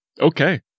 Okay